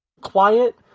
quiet